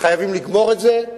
חייבים לגמור את זה.